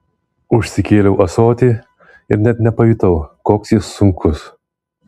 užsikėliau ąsotį ir net nepajutau koks jis sunkus